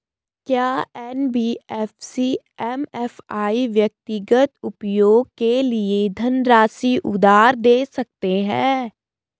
क्या NBFC MFI व्यक्तिगत उपयोग के लिए धन उधार दें सकते हैं?